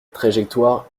trajectoire